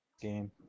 game